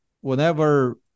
whenever